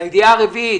בידיעה הרביעית.